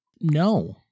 No